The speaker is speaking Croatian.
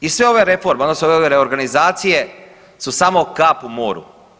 I sve ove reforme odnosno ove reorganizacije su samo kap u moru.